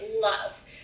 love